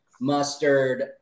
Mustard